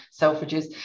Selfridges